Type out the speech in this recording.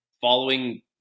following